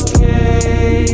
Okay